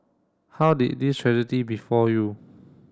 how did this tragedy befall you